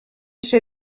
ser